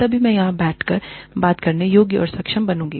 तभी मैं यहाँ बैठकर बात करने के योग्य और सक्षम बनूंगी